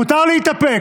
מותר להתאפק.